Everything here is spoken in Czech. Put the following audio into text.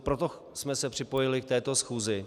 Proto jsme se připojili k této schůzi.